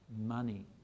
money